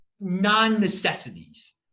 non-necessities